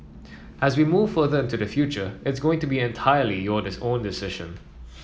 as we move further into the future it's going to be entirely your is own decision